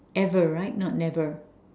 ever right not never